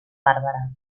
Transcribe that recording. bàrbara